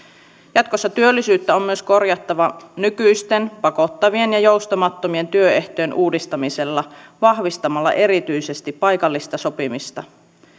jatkossa työllisyyttä on myös korjattava nykyisten pakottavien ja joustamattomien työehtojen uudistamisella vahvistamalla erityisesti paikallista sopimista